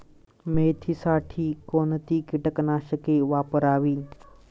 मेथीसाठी कोणती कीटकनाशके वापरावी?